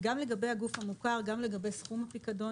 לגבי הגוף המוכר וגם לגבי סכום הפיקדון